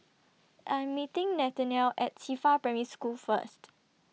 I'm meeting Nathaniel At Qifa Primary School First